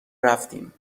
رفتیم